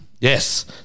Yes